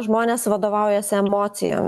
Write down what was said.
žmonės vadovaujasi emocijom